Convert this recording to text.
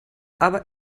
aber